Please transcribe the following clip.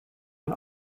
ein